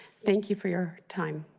thank you for your time.